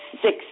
Six